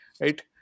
right